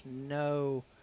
no